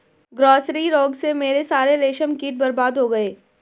grasserie रोग से मेरे सारे रेशम कीट बर्बाद हो गए